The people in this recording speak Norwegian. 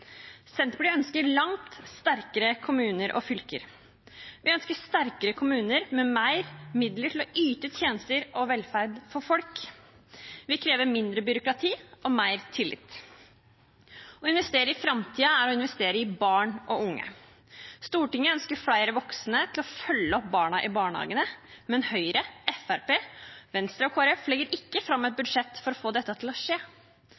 Senterpartiet ønsker langt sterkere kommuner og fylker. Vi ønsker sterkere kommuner med mer midler til å yte tjenester og velferd for folk. Vi krever mindre byråkrati og mer tillit. Å investere i framtiden er å investere i barn og unge. Stortinget ønsker flere voksne til å følge opp barna i barnehagene, men Høyre, Fremskrittspartiet, Venstre og Kristelig Folkeparti legger ikke fram et budsjett for å få dette til å skje.